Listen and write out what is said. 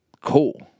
Cool